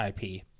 IP